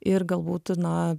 ir galbūt na